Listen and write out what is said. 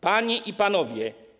Panie i Panowie!